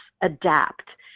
adapt